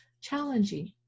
challenging